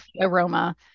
aroma